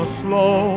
slow